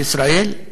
בישראל,